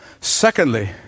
Secondly